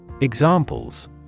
Examples